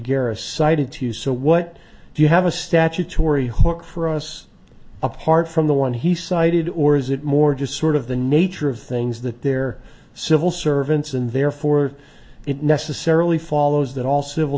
cited to you so what do you have a statutory hook for us apart from the one he cited or is it more just sort of the nature of things that they're civil servants and therefore it necessarily follows that all civil